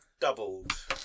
doubled